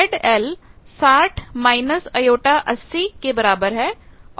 ZL60− j 80 है